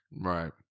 Right